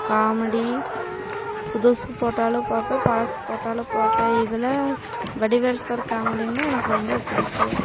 comedy புதுசு போட்டாலும் பார்ப்பேன் பழசு போட்டாலும் பார்ப்பேன் இதில் வடிவேல் சார் காமெடினால் எனக்கு ரொம்ப பிடிக்கும்